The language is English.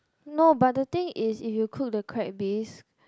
no but the thing is if you cook the crab bisque